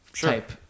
type